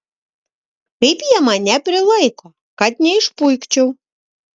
kaip jie mane prilaiko kad neišpuikčiau